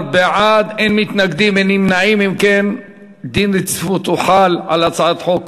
הודעת הממשלה על רצונה להחיל דין רציפות על הצעת חוק